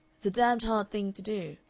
it's a damned hard thing to do.